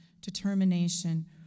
determination